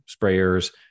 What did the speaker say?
sprayers